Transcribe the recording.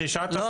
רגע.